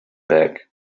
back